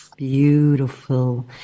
Beautiful